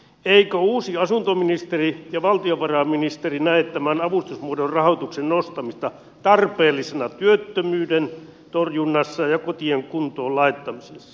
eivätkö uusi asuntoministeri ja valtiovarainministeri näe tämän avustusmuodon rahoituksen nostamista tarpeellisena työttömyyden torjunnassa ja kotien kuntoon laittamisessa